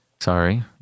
Sorry